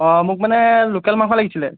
অঁ মোক মানে লোকেল মাংস লাগিছিল